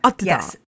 Yes